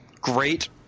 great